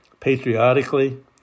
Patriotically